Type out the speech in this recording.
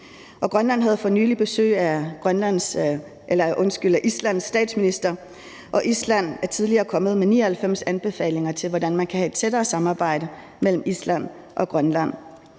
Grønland havde for nylig besøg af Islands statsminister, og Island er tidligere kommet med 99 anbefalinger til, hvordan man kan have et tættere samarbejde mellem Island og Grønland.